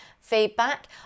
feedback